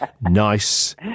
nice